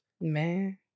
Man